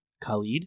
khalid